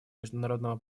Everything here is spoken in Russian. международного